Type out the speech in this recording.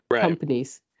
companies